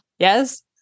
Yes